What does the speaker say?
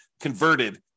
converted